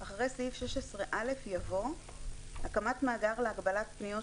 אחרי סעיף 16א יבוא: "הקמת מאגר להגבלת פניות